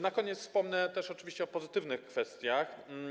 Na koniec wspomnę też oczywiście o pozytywnych kwestiach.